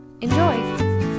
Enjoy